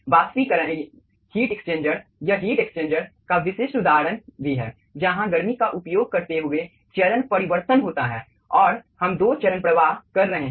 बाष्पीकरणीय heat exchanger यह heat exchanger का विशिष्ट उदाहरण भी है जहां गर्मी का उपयोग करते हुए चरण परिवर्तन होता है और हम दो चरण प्रवाह कर रहे हैं